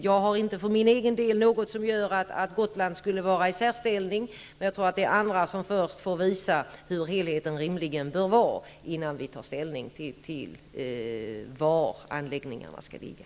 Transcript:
Jag ser för egen del ingen anledning till att Gotland skulle vara i särställning, men andra får visa hur helheten rimligen bör se ut innan vi tar ställning till var anläggningarna skall ligga.